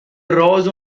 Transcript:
راز